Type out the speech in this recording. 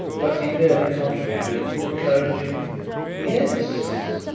but he merely contributed an encouraging yes?